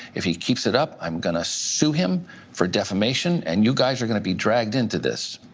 if he keeps it up, i'm going to sue him for defamation and you guys are going to be dragged into this.